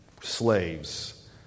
slaves